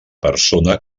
persona